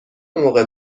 موقع